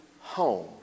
home